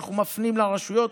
ואנחנו מפנים לרשויות,